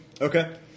Okay